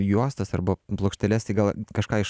juostas arba plokšteles gal kažką iš